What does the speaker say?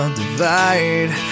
divide